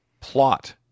plot